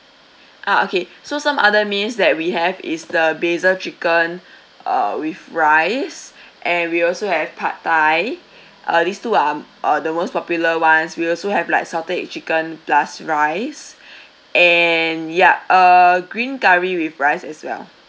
ah okay so some other mains that we have is the basil chicken uh with rice and we also have pad thai uh these two are um uh the most popular ones we also have like salted egg chicken plus rice and ya uh green curry with rice as well